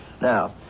Now